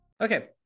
okay